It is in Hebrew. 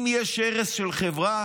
אם יש הרס של חברה